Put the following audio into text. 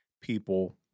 people